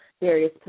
various